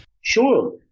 Sure